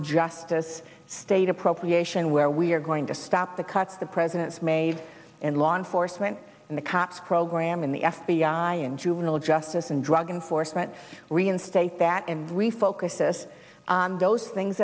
justice state appropriation where we're going to stop the cuts the president's made in law enforcement and the cops program in the f b i and juvenile justice and drug enforcement reinstate that and refocus us on those things